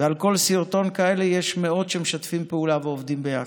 ועל כל סרטון כזה יש מאות שמשתפים פעולה ועובדים יחד,